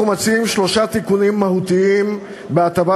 אנחנו מציעים שלושה תיקונים מהותיים בהטבת